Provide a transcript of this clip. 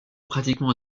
pratiquement